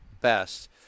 best